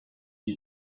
die